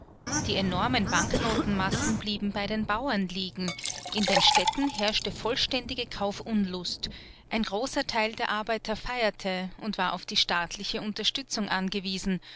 die enormen banknotenmassen blieben bei den bauern liegen in den städten herrschte vollständige kaufunlust ein großer teil der arbeiter feierte und war auf die staatliche unterstützung angewiesen